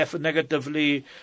negatively